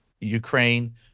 ukraine